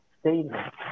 statement